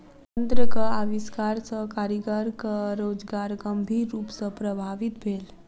यंत्रक आविष्कार सॅ कारीगरक रोजगार गंभीर रूप सॅ प्रभावित भेल